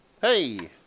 Hey